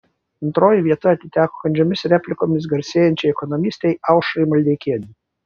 antroji vieta atiteko kandžiomis replikomis garsėjančiai ekonomistei aušrai maldeikienei